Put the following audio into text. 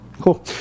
Cool